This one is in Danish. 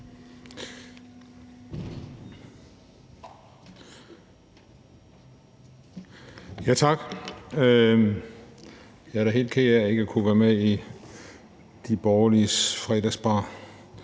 Tak. Jeg er da helt ked af ikke at kunne være med i de borgerliges fredagsbar,